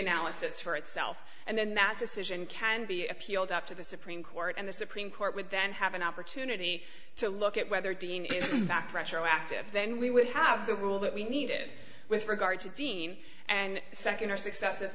assess for itself and then that decision can be appealed up to the supreme court and the supreme court would then have an opportunity to look at whether dean is back pressure or active then we would have the rule that we needed with regard to dean and second or success